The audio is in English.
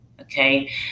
Okay